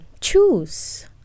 choose